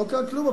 לא קרה כלום.